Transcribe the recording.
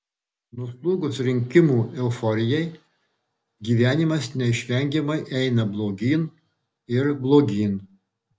nuslūgus rinkimų euforijai gyvenimas neišvengiamai eina blogyn ir blogyn